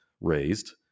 Raised